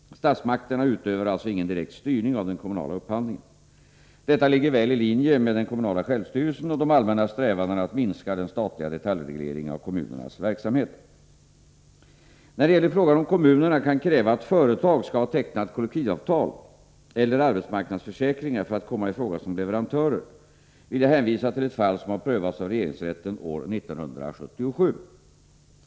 Statsmakterna utövar alltså ingen direkt styrning av den kommunala upphandlingen. Detta ligger väl i linje med den kommunala självstyrelsen och de allmänna strävandena att minska den statliga detaljregleringen av kommunernas verksamhet. När det gäller frågan om kommunerna kan kräva att företag skall ha tecknat kollektivavtal eller arbetsmarknadsförsäkringar för att komma i fråga som leverantörer vill jag hänvisa till ett fall som har prövats av regeringsrätten år 1977.